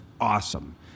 awesome